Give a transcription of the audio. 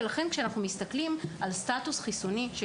לכן כשאנחנו מסתכלים על סטאטוס חיסוני של